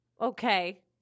okay